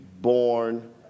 born